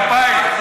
כפיים,